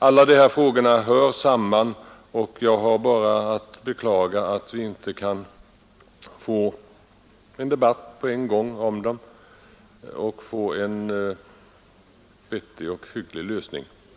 Alla dessa frågor hör samman, och jag har bara att beklaga att vi inte kan få en debatt på en gång.